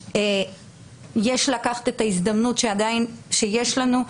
יש לקחת את ההזדמנות שיש לנו,